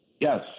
Yes